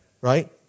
Right